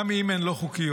גם אם הן לא חוקיות.